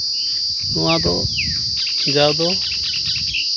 ᱱᱚᱣᱟᱫᱚ ᱡᱟᱣ ᱫᱚ